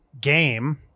game